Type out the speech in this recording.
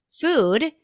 food